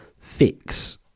fix